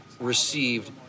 received